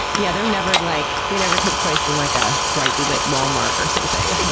yeah. they're never like, they never take place in like a brightly lit wal-mart or something.